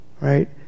right